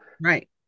right